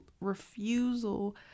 refusal